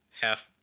Half